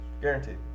Guaranteed